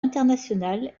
international